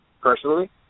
personally